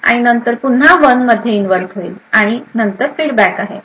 आणि नंतर पुन्हा 1 इन्व्हर्ट होईल आणि नंतर फीडबॅक आहे